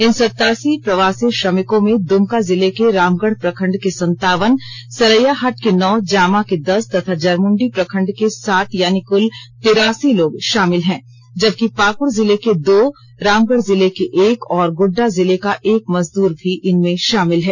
इन सतासी प्रवासी श्रमिकों में द्रमका जिले के रामगढ़ प्रखंड के संतावन सरैयाहाट के नौ जामा के दस तथा जरमुंडी प्रखंड के सात यानी कुल तिरासी लोग शामिल हैं जबकि पाक्ड जिल के दो रामगढ़ जिले के एक और गोड्डा जिले का एक मजदूर भी इनमें शामिल है